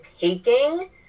taking